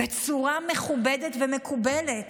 בצורה מכובדת ומקובלת.